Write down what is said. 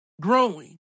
growing